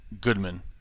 Goodman